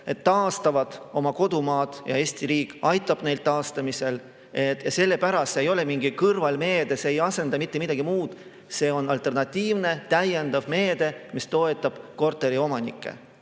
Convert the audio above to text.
taastavad oma kodumaa ja Eesti riik aitab neid taastamisel. Sellepärast ei ole see mingi kõrvalmeede, see ei asenda mitte midagi. See on alternatiivne, täiendav meede, mis toetab korteriomanikke.